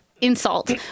insult